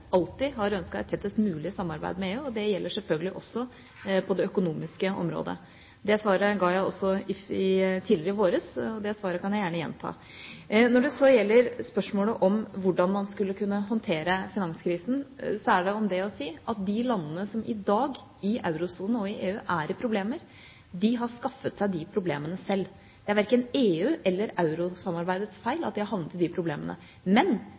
alltid har ønsket et tettest mulig samarbeid med EU. Det gjelder selvfølgelig også på det økonomiske området. Det svaret ga jeg også tidligere, i vår, og det kan jeg gjerne gjenta. Når det så gjelder spørsmålet om hvordan man skulle håndtere finanskrisen, er det det å si at de landene i eurosonen og i EU som i dag har problemer, har skaffet seg de problemene selv. Det er verken EUs eller eurosamarbeidets feil at de har havnet i problemer. Men EU har vist evne til å stå sammen og forsøke å løse disse problemene.